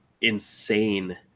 insane